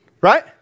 right